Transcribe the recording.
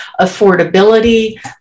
affordability